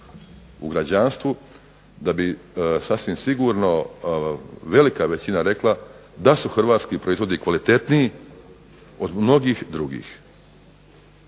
u građanstvu da bi sasvim sigurno velika većina rekla da su hrvatski proizvodi kvalitetniji od mnogih drugih.